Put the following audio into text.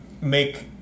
make